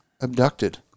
abducted